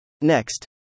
Next